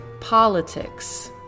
Politics